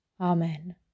Amen